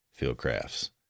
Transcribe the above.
Fieldcraft's